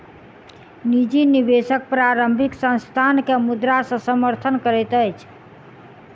निजी निवेशक प्रारंभिक संस्थान के मुद्रा से समर्थन करैत अछि